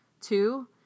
Two